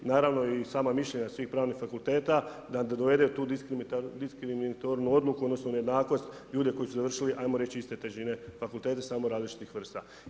Naravno samo mišljenje svih pravnih fakulteta, da dovede tu diskriminatornu odluku, odnosno, nejednakost, ljude koji su završili, ajmo reći, iste težine fakultete samo različitih vrsta.